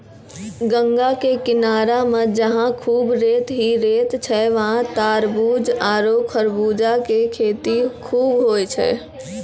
गंगा के किनारा मॅ जहां खूब रेत हीं रेत छै वहाँ तारबूज आरो खरबूजा के खेती खूब होय छै